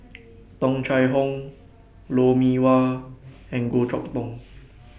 Tung Chye Hong Lou Mee Wah and Goh Chok Tong